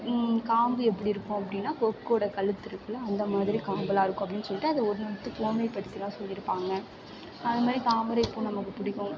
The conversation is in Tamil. காம்பு எப்படி இருக்கும் அப்படின்னா கொக்கோட கழுத்து இருக்கில அந்த மாதிரி காம்பெலாம் இருக்கும் அப்படின்னு சொல்லிவிட்டு அது ஒன்று ஒன்றுத்துக்கும் உவமைப்படுத்தலாம் சொல்லியிருப்பாங்க அது மாதிரி தாமரை பூ நமக்கு பிடிக்கும்